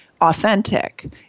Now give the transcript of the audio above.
authentic –